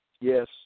Yes